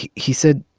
he he said,